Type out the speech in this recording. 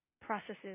processes